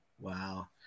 wow